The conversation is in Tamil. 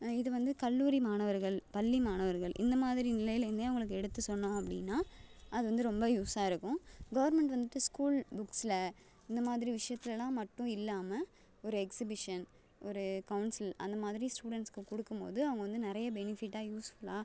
இது வந்து கல்லூரி மாணவர்கள் பள்ளி மாணவர்கள் இந்த மாதிரி நிலையிலிருந்தே இவங்களுக்கு எடுத்து சொன்னோம் அப்படின்னா அது வந்து ரொம்ப யூஸாக இருக்கும் கவர்மெண்ட் வந்துட்டு ஸ்கூல் புக்ஸ்சில் இந்த மாதிரி விஷயத்திலெல்லாம் மட்டும் இல்லாமல் ஒரு எக்ஸிபிஷன் ஒரு கவுன்சில் அந்த மாதிரி ஸ்டூடண்ட்ஸ்ஸுக்கு கொடுக்கும்போது அவங்கள் வந்து நிறைய பெனிஃபிட்டாக யூஸ்ஃபுல்லாக